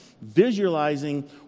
visualizing